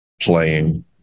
playing